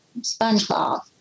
Spongebob